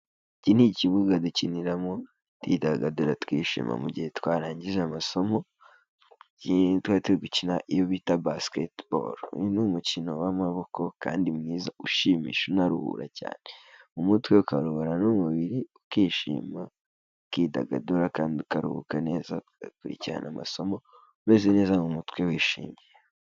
Iki ni ikibuga dukiniramo twidagadura twishima mu mugihe twarangije amasomo, igihe tuba turi gukina iyo bita basketball. Uyu ni umukino w'amaboko kandi mwiza ushimisha unaruhura cyane. Umutwe, ukaruhura n'umubiri ukishima ukidagadura, kandi ukaruhuka neza ugakurikirana amasomo umeze neza mu mutwe wishimye.